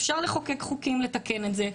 אפשר לחוקק חוקים לתקן את זה,